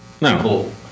No